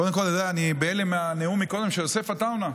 קודם כול אני בהלם מהנאום מקודם של יוסף עטאונה.